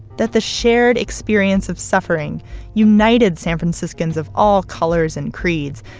that the shared experience of suffering united san franciscans of all colors and creeds,